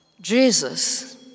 Jesus